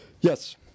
Yes